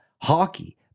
hockey